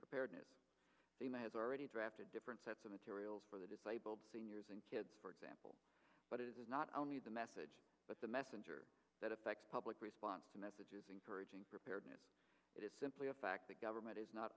preparedness the mayor has already drafted different sets of materials for the disabled seniors and kids for example but it is not only the message but the messenger that effects public response to messages encouraging preparedness it is simply a fact that government is not